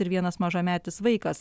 ir vienas mažametis vaikas